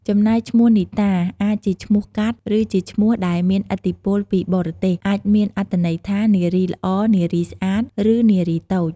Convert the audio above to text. ចំណែកឈ្មោះនីតា អាចជាឈ្មោះកាត់ ឬជាឈ្មោះដែលមានឥទ្ធិពលពីបរទេស អាចមានអត្ថន័យថា នារីល្អ នារីស្អាត ឬ នារីតូច។